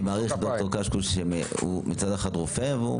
אני מעריך את ד"ר קשקוש שמצד אחד הוא רופא והוא